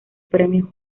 premio